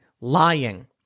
lying